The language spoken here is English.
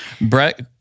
Brett